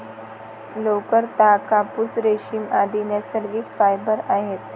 लोकर, ताग, कापूस, रेशीम, आदि नैसर्गिक फायबर आहेत